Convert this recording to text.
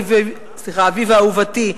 "אביבה אהובתי",